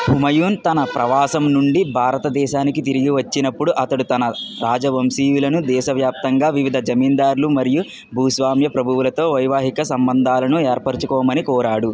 హుమాయూన్ తన ప్రవాసం నుండి భారతదేశానికి తిరిగి వచ్చినప్పుడు అతడు తన రాజవంశీయులను దేశవ్యాప్తంగా వివిధ జమీందార్లు మరియు భూస్వామ్య ప్రభువులతో వైవాహిక సంబంధాలను ఏర్పరచుకోమని కోరాడు